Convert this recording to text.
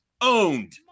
Owned